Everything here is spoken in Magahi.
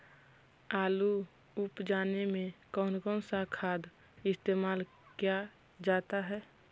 आलू उप जाने में कौन कौन सा खाद इस्तेमाल क्या जाता है?